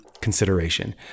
Consideration